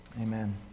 Amen